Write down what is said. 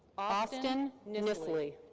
austin nissley.